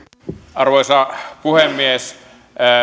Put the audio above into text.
arvoisa puhemies